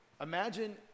Imagine